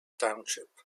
township